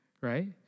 right